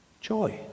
Joy